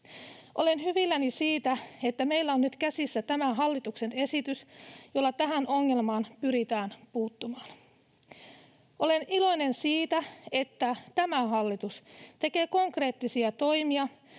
Olen hyvilläni siitä, että meillä on nyt käsissä tämä hallituksen esitys, jolla tähän ongelmaan pyritään puuttumaan. Olen iloinen siitä, että tämä hallitus tekee konkreettisia toimia,